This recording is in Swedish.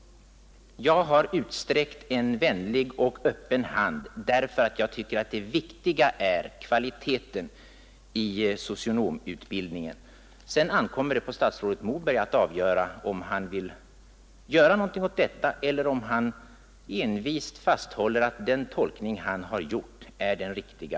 Jag har sträckt ut en öppen hand, därför att jag tycker att det viktiga är kvaliteten i socionomutbildningen. Sedan ankommer det på statsrådet Moberg att bestämma om han vill göra något åt detta eller om han envist fasthåller vid att hans tolkning är den riktiga.